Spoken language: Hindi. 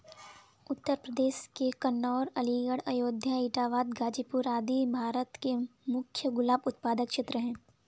उत्तर प्रदेश के कन्नोज, अलीगढ़, अयोध्या, इटावा, गाजीपुर आदि भारत के मुख्य गुलाब उत्पादक क्षेत्र हैं